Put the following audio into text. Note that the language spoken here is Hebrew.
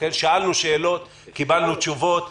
שאלנו שאלות, קיבלנו תשובות.